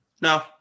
No